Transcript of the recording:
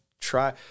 try